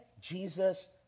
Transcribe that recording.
Jesus